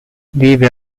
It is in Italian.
vive